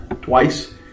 twice